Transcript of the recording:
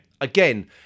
Again